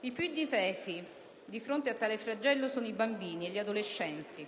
I più indifesi, di fronte a tale flagello, sono i bambini e gli adolescenti.